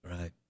Right